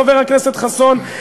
חבר הכנסת חסון,